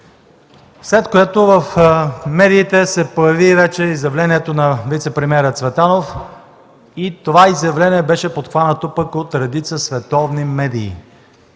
След което в медиите се появи изявлението на вицепремиера Цветанов и това изявление беше подхванато пък от редица световни медии.